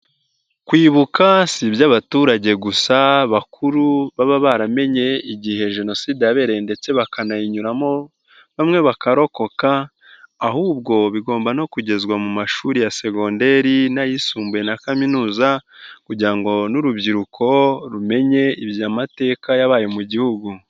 Kwibuka si iby'abaturage gusa bakuru baba baramenye igihe jenoside yabereye ndetse bakanayinyuramo, bamwe bakarokoka ahubwo bigomba no kugezwa mu mashuri ya segoderi n'ayisumbuye na kaminuza kugira ngo n'urubyiruko rumenye iby'amateka yabaye mu igihugu.